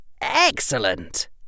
Excellent